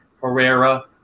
herrera